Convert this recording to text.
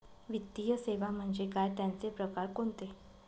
वित्तीय सेवा म्हणजे काय? त्यांचे प्रकार कोणते?